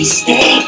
stay